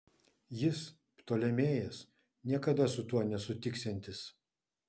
jis ptolemėjas niekada su tuo nesutiksiantis